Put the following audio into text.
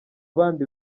bandi